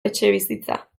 etxebizitza